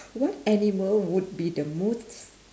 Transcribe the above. what animal would the most